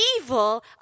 evil